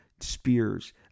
spears